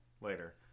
later